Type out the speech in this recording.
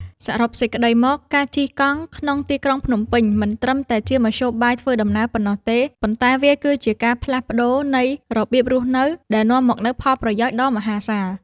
សរុបសេចក្ដីមក ការជិះកង់ក្នុងទីក្រុងភ្នំពេញមិនត្រឹមតែជាមធ្យោបាយធ្វើដំណើរប៉ុណ្ណោះទេ ប៉ុន្តែវាគឺជា ការផ្លាស់ប្ដូរនៃរបៀបរស់នៅ ដែលនាំមកនូវផលប្រយោជន៍ដ៏មហាសាល។